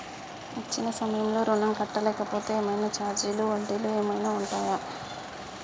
ఇచ్చిన సమయంలో ఋణం కట్టలేకపోతే ఏమైనా ఛార్జీలు వడ్డీలు ఏమైనా ఉంటయా?